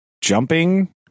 jumping